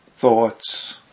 thoughts